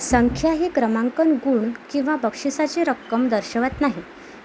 संख्या ही क्रमांकन गुण किंवा बक्षिसाची रक्कम दर्शवत नाही